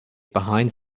behind